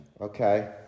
okay